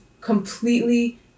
completely